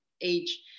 age